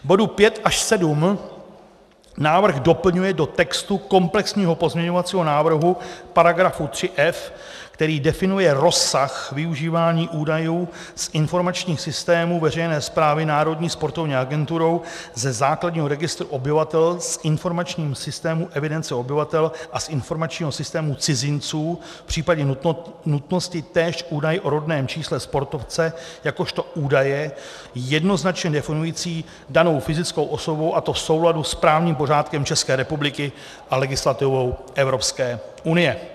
K bodům 5 až 7 návrh doplňuje do textu komplexního pozměňovacího návrhu v § 3f, který definuje rozsah využívání údajů z informačních systémů veřejné správy Národní sportovní agenturou ze základního registru obyvatel, z informačního systému evidence obyvatel a z informačního systému cizinců v případě nutnosti též údaj o rodném čísle sportovce jakožto údaje jednoznačně definujícího danou fyzickou osobu, a to v souladu s právním pořádkem České republiky a legislativou Evropské unie.